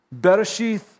Bereshith